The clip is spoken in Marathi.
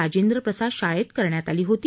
राजेन्द्र प्रसाद शाळेत करण्यात आली होती